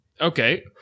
Okay